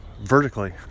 vertically